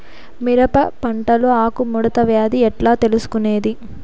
మిరప పంటలో ఆకు ముడత వ్యాధి ఎట్లా తెలుసుకొనేది?